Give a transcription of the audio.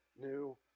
new